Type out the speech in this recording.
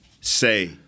say